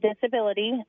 disability